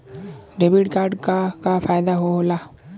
Debit card क का फायदा हो ला?